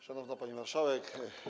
Szanowna Pani Marszałek!